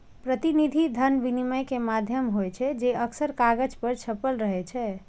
प्रतिनिधि धन विनिमय के माध्यम होइ छै, जे अक्सर कागज पर छपल होइ छै